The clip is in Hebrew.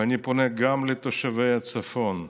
ואני פונה גם לתושבי הצפון: